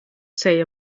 say